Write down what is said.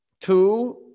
two